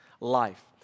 life